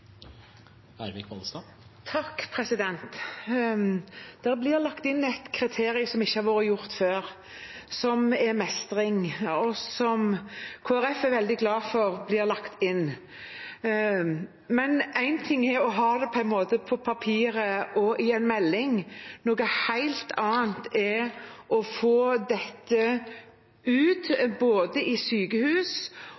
Det blir lagt inn et kriterium som ikke har vært der før, og det er mestring, som Kristelig Folkeparti er veldig glad for blir lagt inn. Men én ting er å ha det på papiret og i en melding, noe helt annet er å få dette ut